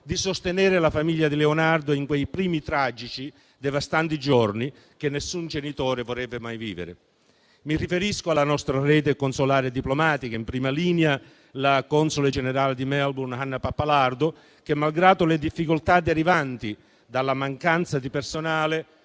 di sostenere la famiglia di Leonardo in quei primi tragici, devastanti giorni, che nessun genitore vorrebbe mai vivere. Mi riferisco alla nostra rete consolare e diplomatica e, in prima linea, alla console generale di Melbourne, Anna Pappalardo, che, malgrado le difficoltà derivanti dalla mancanza di personale,